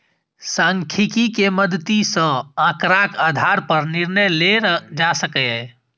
सांख्यिकी के मदति सं आंकड़ाक आधार पर निर्णय लेल जा सकैए